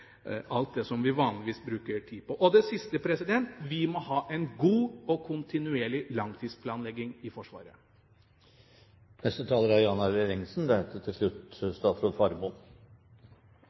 vi vanligvis bruker tid på. Helt til slutt: Vi må ha en god og kontinuerlig langtidsplanlegging i